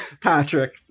Patrick